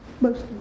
Mostly